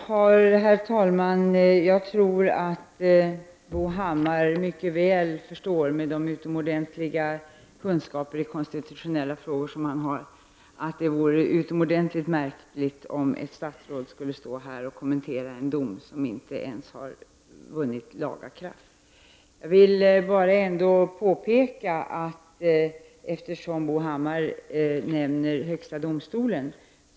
Herr talman! Jag tror att Bo Hammar med sina utomordentligt goda kunskaper i konstitutionella frågor mycket väl förstår att det skulle vara synnerligen märkligt om ett statsråd här i kammaren kommenterade en dom som inte ens vunnit laga kraft. Bo Hammar nämnde högsta domstolen.